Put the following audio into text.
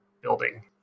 building